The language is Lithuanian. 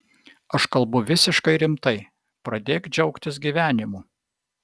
aš kalbu visiškai rimtai pradėk džiaugtis gyvenimu